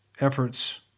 efforts